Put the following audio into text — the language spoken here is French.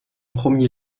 premier